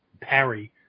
parry